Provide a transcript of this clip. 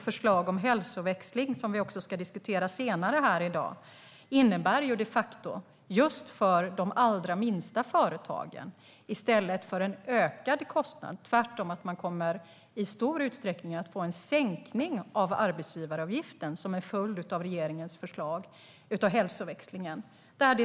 Förslaget om hälsoväxling, som vi ska diskutera senare här i dag, innebär ju de facto att de allra minsta företagen i stället för en ökad kostnad i stor utsträckning ska få en sänkning av arbetsgivaravgiften. Detta är en följd av regeringens förslag om hälsoväxling.